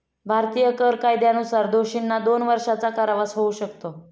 भारतीय कर कायद्यानुसार दोषींना दोन वर्षांचा कारावास होऊ शकतो